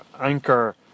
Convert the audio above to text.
anchor